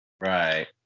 Right